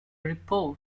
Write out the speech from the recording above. report